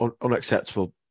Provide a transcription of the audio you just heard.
unacceptable